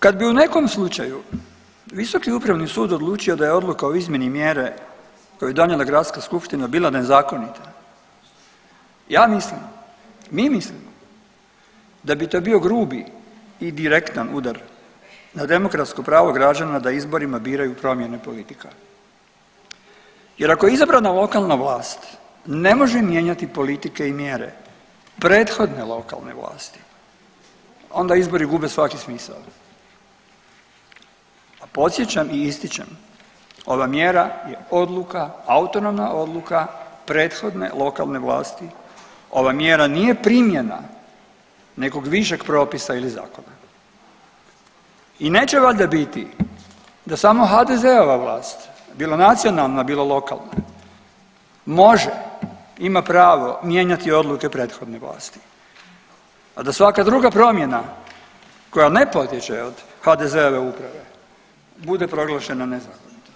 Kad bi u nekom slučaju visoki upravni sud odlučio da je odluka o izmjeni mjere koju je donijela gradska skupština bila nezakonita ja mislim, mi mislimo da bi to bio grubi i direktan udar na demokratsko pravo građana da izborima biraju promjene politika jer ako izabrana lokalna vlast ne može mijenjati politike i mjere prethodne lokalne vlasti onda izbori gube svaki smisao, a podsjećam i ističem ova mjera je odluka, autonomna odluka prethodne lokalne vlasti, ova mjera nije primjena nekog višeg propisa ili zakona i neće valjda biti da samo HDZ-ova vlast bilo nacionalna bilo lokalna može i ima pravo mijenjati odluke prethodne vlasti, a da svaka druga promjena koja ne potječe od HDZ-ove uprave bude proglašena nezakonitom.